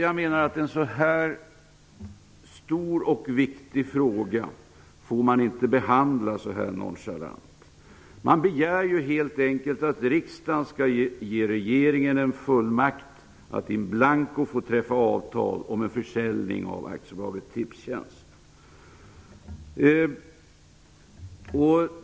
Jag menar att man inte får behandla en sådan här stor och viktig fråga så här nonchalant. Man begär helt enkelt att riksdagen skall ge regeringen en fullmakt att in blanco få träffa avtal om en försäljning av AB Tipstjänst.